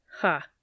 Ha